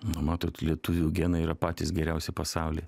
nu matot lietuvių genai yra patys geriausi pasauly